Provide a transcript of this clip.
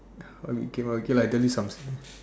why we came up okay lah I tell you something